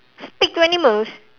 speak to animals